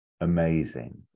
amazing